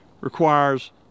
requires